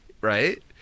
Right